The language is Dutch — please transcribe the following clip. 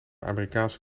amerikaanse